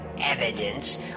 evidence